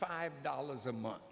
five dollars a month